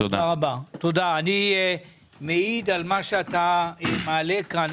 אני מעיד על מה שאתה מעלה כאן,